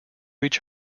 each